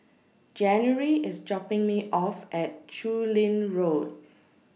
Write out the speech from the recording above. January IS dropping Me off At Chu Lin Road